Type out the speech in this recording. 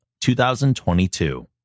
2022